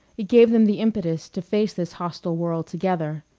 it gave them the impetus to face this hostile world together.